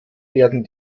werden